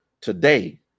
today